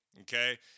okay